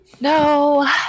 No